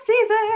season